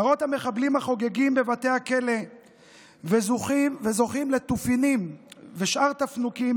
מראות המחבלים החוגגים בבתי הכלא וזוכים לתופינים ושאר תפנוקים,